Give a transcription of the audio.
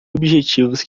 objetivos